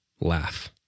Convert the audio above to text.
Laugh